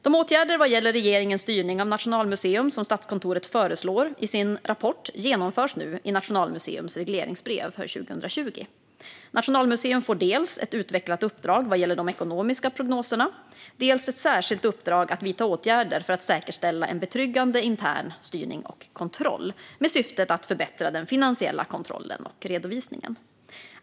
De åtgärder vad gäller regeringens styrning av Nationalmuseum som Statskontoret föreslår i sin rapport genomförs nu i Nationalmuseums regleringsbrev för 2020. Nationalmuseum får dels ett utvecklat uppdrag vad gäller de ekonomiska prognoserna, dels ett särskilt uppdrag att vidta åtgärder för att säkerställa en betryggande intern styrning och kontroll med syfte att förbättra den finansiella kontrollen och redovisningen.